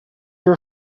are